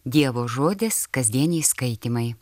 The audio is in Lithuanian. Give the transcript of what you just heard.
dievo žodis kasdieniai skaitymai